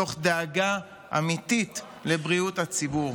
מתוך דאגה אמיתית לבריאות הציבור.